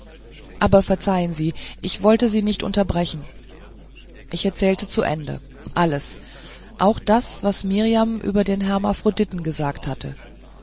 aber verzeihen sie ich wollte sie nicht unterbrechen ich erzählte zu ende alles auch das was mirjam über den hermaphroditen gesagt hatte